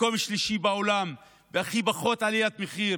מקום שלישי בעולם, בהכי פחות, בעליית מחירים,